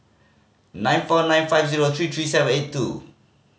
nine four nine five zero three three seven eight two